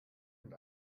und